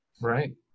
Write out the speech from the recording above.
Right